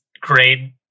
grade